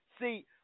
See